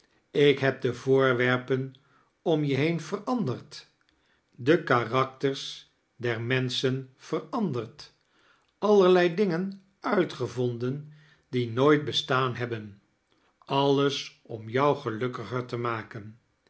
ik heb de voorwerpen om je heetn veiranderd de karakteirs der menschen veranderd allerlei ddngen uitgeivonden die nooit bestaan hebben alles om jou gelukkiger te maken